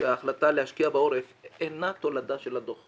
שההחלטה להשקיע בעורף אינה תולדה של הדוח.